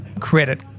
credit